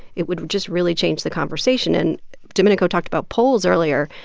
it would just really change the conversation and domenico talked about polls earlier.